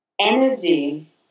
energy